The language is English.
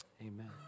amen